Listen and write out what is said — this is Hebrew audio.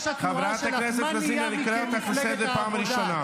חברת הכנסת לזימי, אני קורא אותך לסדר פעם ראשונה.